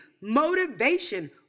motivation